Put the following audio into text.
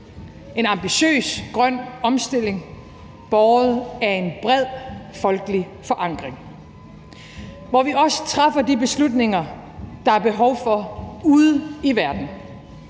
en ambitiøs grøn omstilling båret af en bred folkelig forankring, hvor vi også træffer de beslutninger, der er behov for ude i verden.